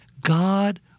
God